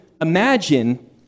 imagine